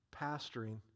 pastoring